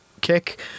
kick